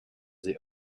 the